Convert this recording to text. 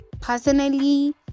personally